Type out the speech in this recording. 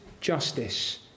justice